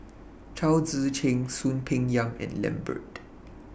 Chao Tzee Cheng Soon Peng Yam and Lambert